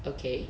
okay